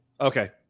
okay